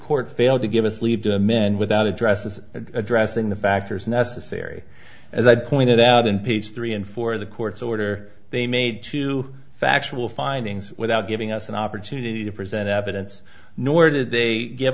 court failed to give us leave men without addresses addressing the factors necessary as i pointed out in page three and four of the court's order they made two factual findings without giving us an opportunity to present evidence nor did they give